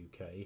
UK